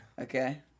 Okay